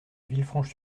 villefranche